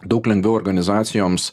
daug lengviau organizacijoms